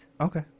Okay